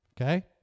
okay